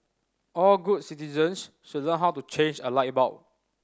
all good citizens should learn how to change a light bulb